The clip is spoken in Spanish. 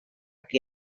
que